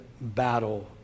battle